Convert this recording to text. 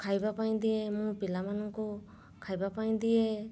ଖାଇବା ପାଇଁ ଦିଏ ମୁଁ ପିଲାମାନଙ୍କୁ ଖାଇବା ପାଇଁ ଦିଏ